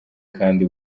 kandi